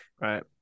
Right